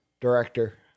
Director